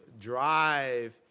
drive